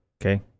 Okay